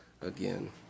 again